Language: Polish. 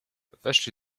weszli